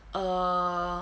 err